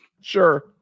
Sure